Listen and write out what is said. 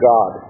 God